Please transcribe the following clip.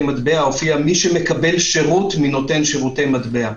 מטבע מופיע: "מי שמקבל שירות מנותן שירותי מטבע".